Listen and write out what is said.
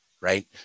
Right